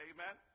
Amen